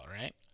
right